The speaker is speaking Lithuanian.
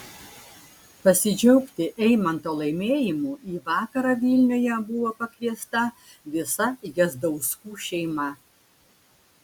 pasidžiaugti eimanto laimėjimu į vakarą vilniuje buvo pakviesta visa jazdauskų šeima